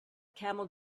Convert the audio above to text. camel